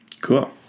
Cool